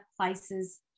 places